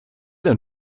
denn